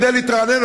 כדי להתרענן,